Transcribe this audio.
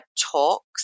talks